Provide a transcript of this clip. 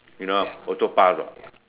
you know also pass [what]